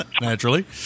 Naturally